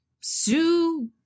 Sue